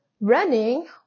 running